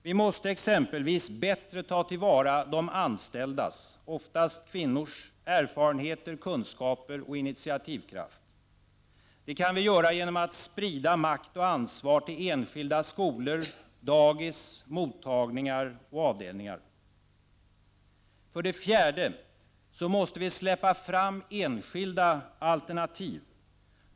Vi måste exempelvis bättre ta till vara de anställdas — oftast kvinnors — erfarenheter, kunskaper och initiativkraft. Det kan vi göra genom att sprida makt och ansvar till enskilda skolor, dagis, avdelningar och mottagningar. För det fjärde måste vi släppa fram enskilda alternativ.